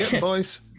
boys